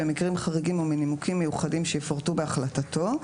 במקרים חריגים ומנימוקים מיוחדים שיפורטו בהחלטתו,